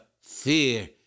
fear